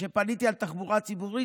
כשפניתי על תחבורה ציבורית,